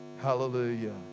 hallelujah